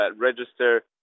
register